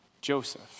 Joseph